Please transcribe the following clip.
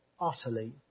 utterly